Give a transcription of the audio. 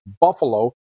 Buffalo